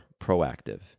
proactive